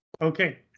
Okay